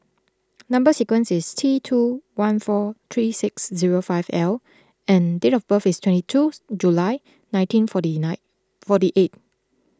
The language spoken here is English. Number Sequence is T two one four three six zero five L and date of birth is twenty two July nineteen forty nine forty eight